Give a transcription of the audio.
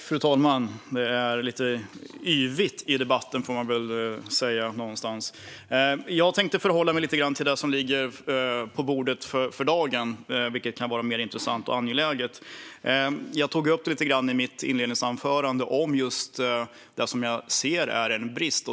Fru talman! Det är lite yvigt i debatten, får man väl säga. Jag tänkte förhålla mig till det som ligger på bordet för dagen, vilket kan vara mer intressant och angeläget. I mitt inledningsanförande talade jag lite om det som jag anser är en brist.